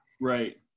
Right